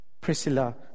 Priscilla